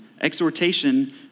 Exhortation